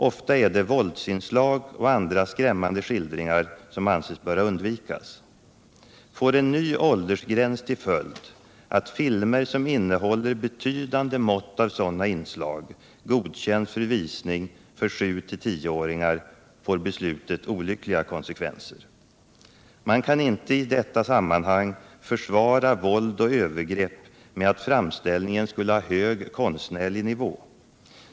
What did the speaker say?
Ofta är det våldsinslag och andra skrämmande skildringar som anses böra undvikas. Får en ny åldersgräns till följd att filmer som innehåller betydande mått av sådana inslag godkänns för visning för barn i åldern mellan sju och tio år, får beslutet olyckliga konsekvenser. Man kan inte i detta sammanhang försvara våld och övergrepp med att framställningen skulle ha hög konstnärlig nivå.